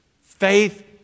Faith